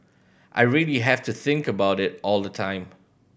I really have to think about it all the time